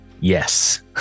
Yes